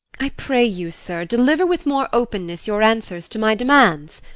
i pray you, sir, deliver with more openness your answers to my demands.